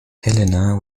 helena